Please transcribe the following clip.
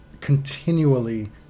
continually